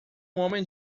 homem